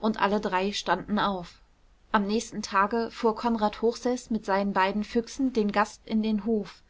und alle drei standen auf am nächsten tage fuhr konrad hochseß mit seinen beiden füchsen den gast in den hof